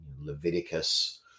Leviticus